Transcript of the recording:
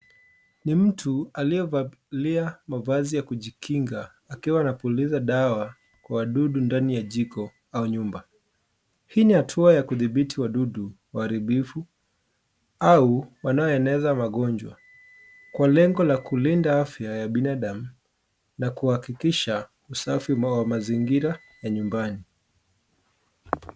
Ni mtu aliyevalia mavazi ya kujikinga akiwa anapuliza dawa Kwa wadudu ndani ya jiko au nyumba. Hii ni hatua ya kudhibiti wadudu waharibifu au wanaoeneza magonjwa . Kwa lengo la kulinda afya ya binadamu na kuhakikisha usafi wa mazingira na nyumbani.